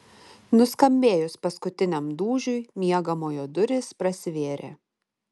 nuskambėjus paskutiniam dūžiui miegamojo durys prasivėrė